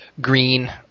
green